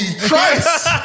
Christ